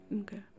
Okay